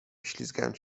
ślizgając